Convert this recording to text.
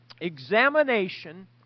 examination